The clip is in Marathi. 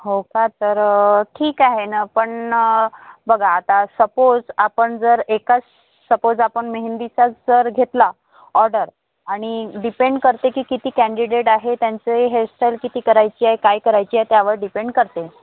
हो का तर ठीक आहे न पण बघा आता सपोज आपण जर एकाच सपोज आपण मेहेंदीचाच जर घेतला ऑर्डर आणि डिपेंड करते की किती कँडिडेट आहे त्यांचे हेअरस्टाईल किती करायची आहे काय करायची आहे त्यावर डिपेंड करते